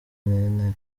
nyine